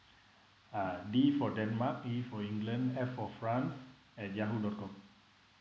uh D for denmark E for england F for france at yahoo dot com